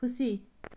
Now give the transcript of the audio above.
खुसी